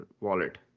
wallet